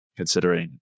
considering